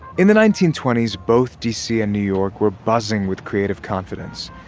in the nineteen twenty s, both d c. and new york were buzzing with creative confidence,